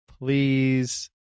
Please